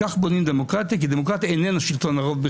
כך בונים דמוקרטיה כי דמוקרטיה איננה שלטון הרוב.